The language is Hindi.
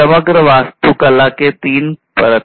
य़े समग्र वास्तुकला की तीन परत हैं